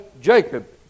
Jacob